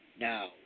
Now